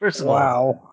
Wow